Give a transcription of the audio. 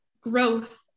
growth